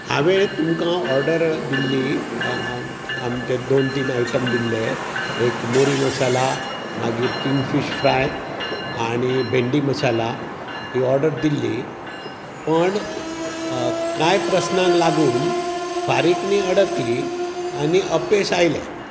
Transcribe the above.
हांवें तुमकां ऑर्डर दिल्ली आमचे दोन तीन आयटम दिल्ले एक मोरी मसाला मागीर किंग फिश फ्राय आनी भेंडी मसाला ही ऑर्डर दिल्ली पण काय प्रस्नाक लागून फारीकणी अडकली आनी अपेस आयलें